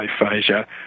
aphasia